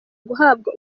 guhabwa